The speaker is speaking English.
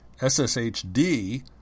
sshd